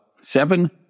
seven